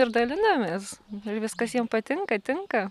ir dalinamės ir viskas jiem patinka tinka